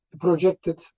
projected